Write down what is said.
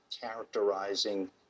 characterizing